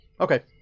okay